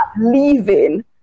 leaving